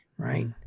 Right